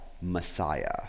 Messiah